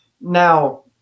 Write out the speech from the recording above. Now